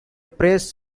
pressed